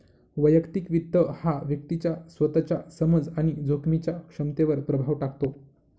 वैयक्तिक वित्त हा व्यक्तीच्या स्वतःच्या समज आणि जोखमीच्या क्षमतेवर प्रभाव टाकतो